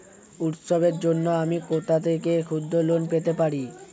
উৎসবের জন্য আমি কোথা থেকে ক্ষুদ্র লোন পেতে পারি?